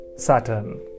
Saturn